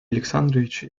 александрович